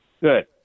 good